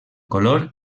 color